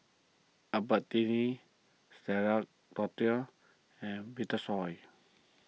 Albertini Stella and Vitasoy